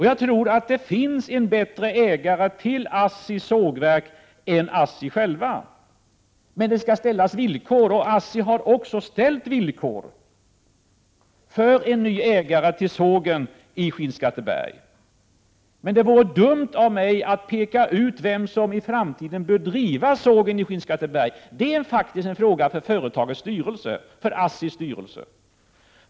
Jag tror att det finns en bättre ägare till ASSI sågverk än ASSI. Men det skall ställas villkor, och ASSI har också ställt villkor på en ny ägare till sågen i Skinnskatteberg. Men det vore dumt av mig att peka ut vem som i framtiden bör driva sågen i Skinnskatteberg. Det är faktiskt en fråga för ASSI:s styrelse.